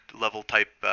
level-type